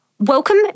Welcome